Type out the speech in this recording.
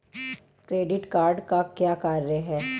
Credit card का क्या कार्य है?